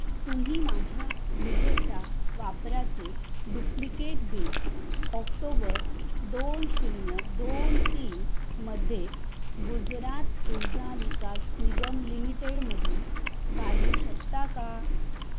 तुम्ही माझ्या विजेच्या वापराचे डुप्लिकेट बिल ऑक्टोबर दोन शून्य दोन तीन मध्ये गुजरात ऊर्जा विकास निगम लिमिटेडमधून काढू शकता का